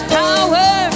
power